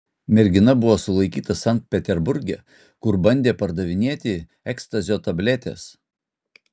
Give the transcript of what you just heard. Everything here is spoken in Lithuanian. mergina buvo sulaikyta sankt peterburge kur bandė pardavinėti ekstazio tabletes